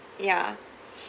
ya